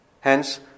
Hence